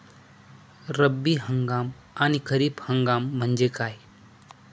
रब्बी हंगाम आणि खरीप हंगाम म्हणजे काय?